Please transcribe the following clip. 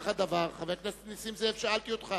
חבר הכנסת נסים זאב, שאלתי אותך.